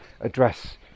address